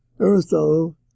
Aristotle